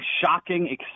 shocking